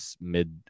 mid